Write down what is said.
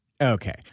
Okay